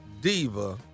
Diva